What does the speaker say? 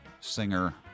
singer